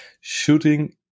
shooting